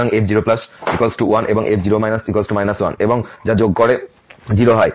সুতরাং f0 1 এবং f0 1 এবং যা যোগ করে 0